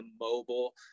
mobile